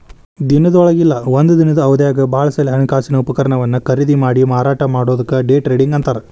ದಿನದೊಳಗ ಇಲ್ಲಾ ಒಂದ ದಿನದ್ ಅವಧ್ಯಾಗ್ ಭಾಳ ಸಲೆ ಹಣಕಾಸಿನ ಉಪಕರಣವನ್ನ ಖರೇದಿಮಾಡಿ ಮಾರಾಟ ಮಾಡೊದಕ್ಕ ಡೆ ಟ್ರೇಡಿಂಗ್ ಅಂತಾರ್